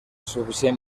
suficient